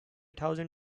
thousand